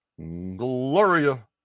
Gloria